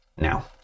now